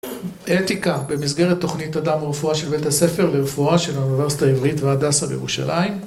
אתיקה במסגרת תוכנית אדם ורפואה של בית הספר לרפואה של האוניברסיטה העברית והדסה בירושלים